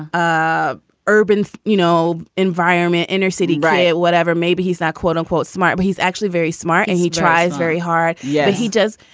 ah urban, you know, environment, inner city, riot, whatever. maybe he's not quote unquote smart, but he's actually very smart and he tries very hard. yeah, he does.